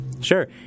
sure